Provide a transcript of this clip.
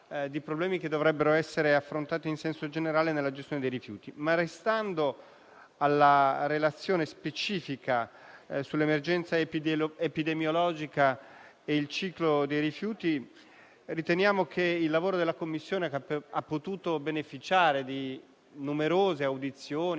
C'è un tema legato ad un adeguato livello di gestione dei rifiuti, in senso complessivo, ma soprattutto c'è una questione legata al rapporto e alla dialettica tra lo Stato e le Regioni: se non si va ad operare in maniera adeguata ed efficiente in questo rapporto,